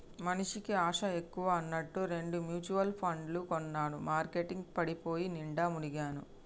మనిషికి ఆశ ఎక్కువ అన్నట్టు రెండు మ్యుచువల్ పండ్లు కొన్నాను మార్కెట్ పడిపోయి నిండా మునిగాను